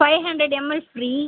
five hundred ML free